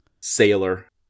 Sailor